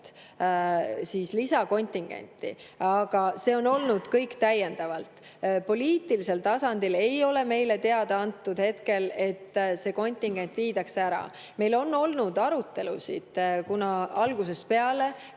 lisakontingenti. Aga see on olnud kõik täiendavalt. Poliitilisel tasandil ei ole meile hetkel teada antud, et see kontingent viidaks ära. Meil on olnud arutelusid, kuna algusest peale